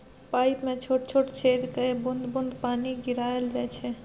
pipe मे छोट छोट छेद कए बुंद बुंद पानि गिराएल जाइ छै